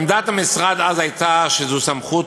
עמדת המשרד אז הייתה שזו סמכות